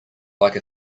like